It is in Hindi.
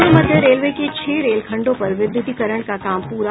पूर्व मध्य रेलवे के छह रेलखंडों पर विद्युतीकरण का काम पूरा